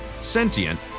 sentient